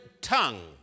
tongue